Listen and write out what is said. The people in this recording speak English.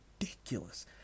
ridiculous